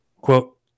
quote